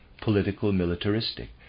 political-militaristic